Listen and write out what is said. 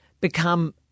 become